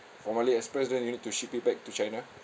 from ali express then you need to ship it back to china